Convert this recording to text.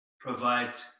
provides